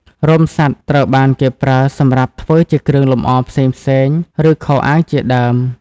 រោមសត្វត្រូវបានគេប្រើសម្រាប់ធ្វើជាគ្រឿងលម្អផ្សេងៗ ឬខោអាវជាដើម។